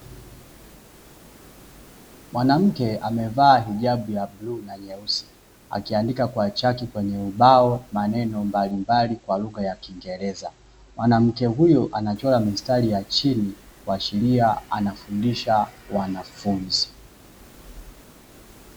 Mwanamke amevaa hijabu ya bluu na nyeusi, akiandika kwa chaki kwenye ubao maneno mbalimbali kwa lugha ya kingereza. Mwanamke huyu anachora mistari ya chini kuashiria anafundisha wanafunzi.